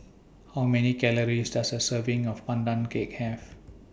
How Many Calories Does A Serving of Pandan Cake Have